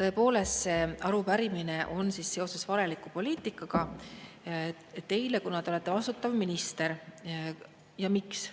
Tõepoolest, see arupärimine seoses valeliku poliitikaga on teile, kuna te olete vastutav minister. Ja miks?